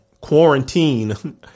quarantine